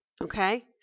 Okay